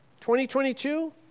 2022